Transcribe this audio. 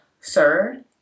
sir